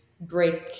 break